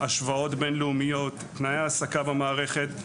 השוואות בין-לאומיות ותנאי ההעסקה במערכת.